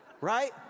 Right